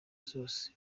zose